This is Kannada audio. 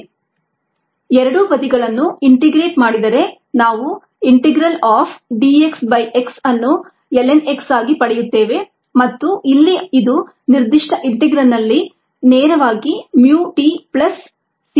dxxμdt ಎರಡೂ ಬದಿಗಳನ್ನು ಇಂಟಿಗ್ರೇಟ್ ಮಾಡಿದರೆ ನಾವು integral of dx by x ಅನ್ನು ln x ಆಗಿ ಪಡೆಯುತ್ತೇವೆ ಮತ್ತು ಇಲ್ಲಿ ಇದು ನಿರ್ದಿಷ್ಟಇಂಟೆಗ್ರಾಲ್ನಲ್ಲಿ ನೇರವಾಗಿ mu t ಪ್ಲಸ್ c ಆಗಿದೆ